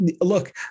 look